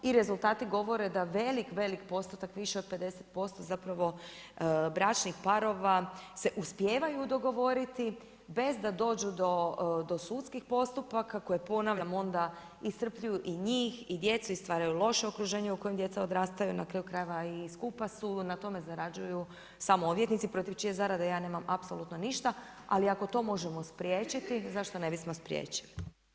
I rezultati govore da velik, velik postotak, više od 50% zapravo bračnih parova se uspijevaju dogovoriti bez da dođu do sudskih postupaka koje ponavljam onda iscrpljuju i njih i djecu i stvaraju loše okruženje u kojem djeca odrastaju, na kraju krajeva i skupa su, na tome zarađuju samo odvjetnici protiv čije zarade ja nemam apsolutno ništa ali ako to možemo spriječiti zašto ne bismo spriječili?